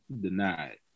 denied